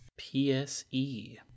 PSE